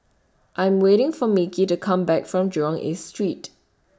I'm waiting For Micky to Come Back from Jurong East Street